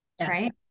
right